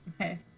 okay